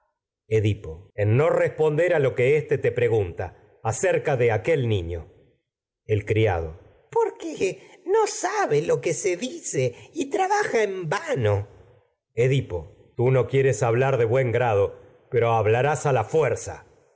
edipo en no responder a lo que éste te pregunta acerca de aquel niño porque no el criado sabe lo que se dice y tra baja en vano edipo tú no quieres hablar do buen grado pero hablarás el a la fuerza